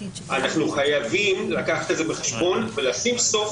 אנחנו חייבים לקחת את זה בחשבון ולשים סוף